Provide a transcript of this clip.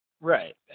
Right